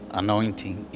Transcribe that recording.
anointing